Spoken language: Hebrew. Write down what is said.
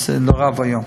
זה נורא ואיום.